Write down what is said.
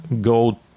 go